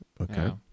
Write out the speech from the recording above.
Okay